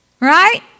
Right